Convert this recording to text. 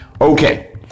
Okay